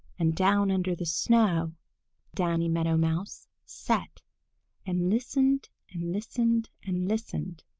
and down under the snow danny meadow mouse sat and listened and listened and listened,